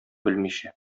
белмичә